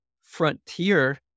Frontier